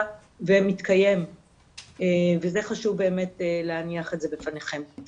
ומתקיים וזה חשוב באמת להניח את זה בפניכם.